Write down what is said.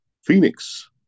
Phoenix